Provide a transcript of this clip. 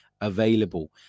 available